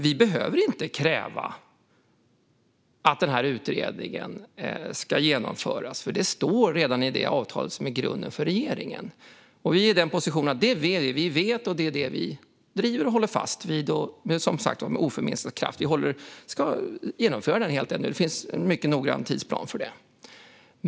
Vi behöver inte kräva att utredningen ska genomföras, för det står redan i det avtal som är grunden för regeringen. Vi är i den positionen att det är detta vi vet och det är detta som vi driver och håller fast vid med oförminskad kraft. Vi ska genomföra detta. Det finns en mycket noggrann tidsplan för det.